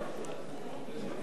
עם הבזבוזים.